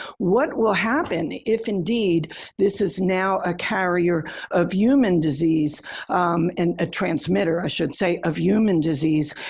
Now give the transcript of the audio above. what will happen if indeed this is now a carrier of human disease and a transmitter, i should say, of human disease?